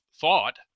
thought